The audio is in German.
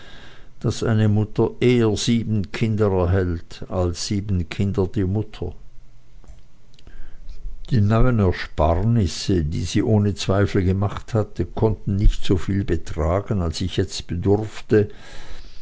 daß eine mutter eher sieben kinder erhält als sieben kinder die mutter die neuen ersparnisse die sie ohne zweifel gemacht hatte konnten nicht soviel betragen als ich jetzt bedurfte